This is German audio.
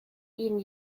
ihnen